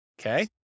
Okay